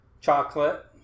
Chocolate